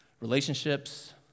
relationships